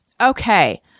Okay